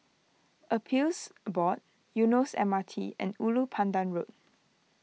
Appeals Board Eunos M R T and Ulu Pandan Road